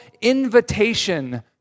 invitation